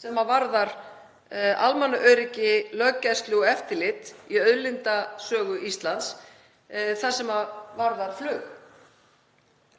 sem varðar almannaöryggi, löggæslu og eftirlit í auðlindasögu Íslands, það sem varðar flug.